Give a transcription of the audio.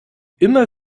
immer